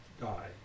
die